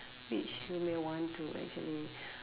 which you may want to actually